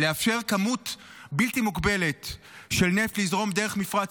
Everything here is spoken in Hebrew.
לאפשר לכמות בלתי מוגבלת של נפט לזרום דרך מפרץ